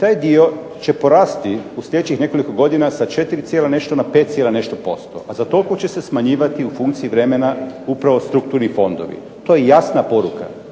taj dio će porasti u sljedećih nekoliko godina sa četiri cijela nešto na pet cijela nešto posto, a za toliko će se smanjivati u funkciji vremena upravo strukturni fondovi. To je jasna poruka.